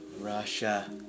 Russia